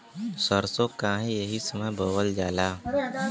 सरसो काहे एही समय बोवल जाला?